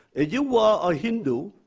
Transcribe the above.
you were a hindu,